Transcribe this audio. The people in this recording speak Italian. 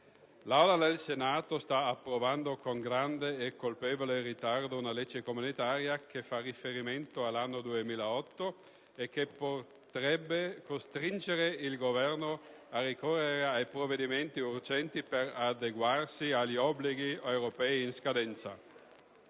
l'Aula del Senato sta approvando con grande e colpevole ritardo una legge comunitaria che fa riferimento all'anno 2008 e che potrebbe costringere il Governo a ricorrere a provvedimenti urgenti per adeguarsi agli obblighi europei in scadenza.